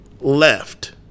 Left